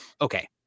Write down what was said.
okay